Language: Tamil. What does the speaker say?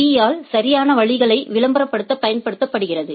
பீ யால் சரியான வழிகளை விளம்பரப்படுத்த பயன்படுத்தப்படுகிறது